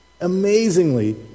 amazingly